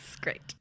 great